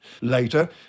Later